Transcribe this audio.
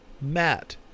Matt